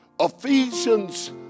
Ephesians